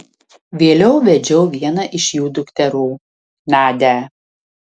vėliau vedžiau vieną iš jų dukterų nadią